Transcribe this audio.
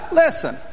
listen